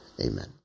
Amen